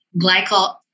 glycol